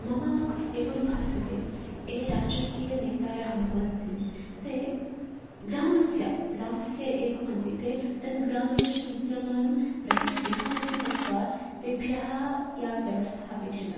मम एवं भासते ये राजकीयनेतारः भवन्ति ते ग्रामस्य ग्रामस्य ये भवन्ति ते तद्ग्रामेषु विद्यमानं प्रतिगृहमपि गत्वा तेभ्यः या व्यवस्था अपेक्षिता